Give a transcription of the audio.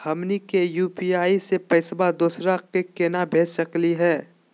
हमनी के यू.पी.आई स पैसवा दोसरा क केना भेज सकली हे?